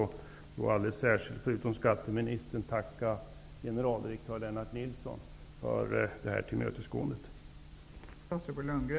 Och jag vill alldeles särskilt tacka, förutom skatteministern, generaldirektör Lennart Nilsson för detta tillmötesgående.